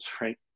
right